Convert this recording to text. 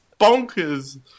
bonkers